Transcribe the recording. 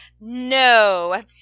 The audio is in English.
no